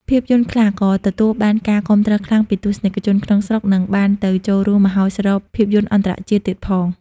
ភាពយន្តខ្លះក៏ទទួលបានការគាំទ្រខ្លាំងពីទស្សនិកជនក្នុងស្រុក និងបានទៅចូលរួមមហោស្រពភាពយន្តអន្តរជាតិទៀតផង។